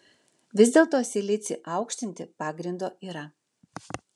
vis dėlto silicį aukštinti pagrindo yra